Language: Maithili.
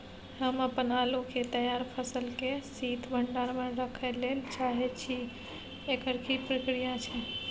हम अपन आलू के तैयार फसल के शीत भंडार में रखै लेल चाहे छी, एकर की प्रक्रिया छै?